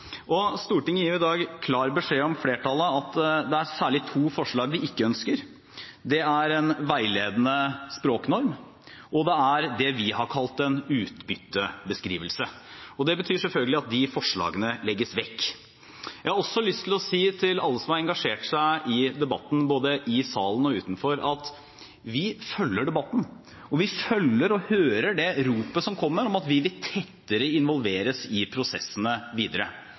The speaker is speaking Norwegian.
i Stortinget gir i dag klar beskjed om at det er særlig to forslag de ikke ønsker. Det er en veiledende språknorm, og det er det vi har kalt en utbyttebeskrivelse. Det betyr selvfølgelig at de forslagene legges vekk. Jeg har også lyst til å si til alle som har engasjert seg i debatten både i salen og utenfor, at vi følger debatten, og vi hører det ropet som kommer om at man vil involveres tettere i prosessene videre.